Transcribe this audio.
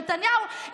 נתניהו,